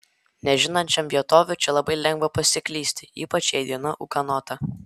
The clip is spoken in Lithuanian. nežinančiam vietovių čia labai lengva pasiklysti ypač jei diena ūkanota